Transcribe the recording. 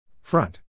Front